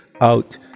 out